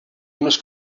unes